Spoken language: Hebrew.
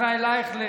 ישראל אייכלר,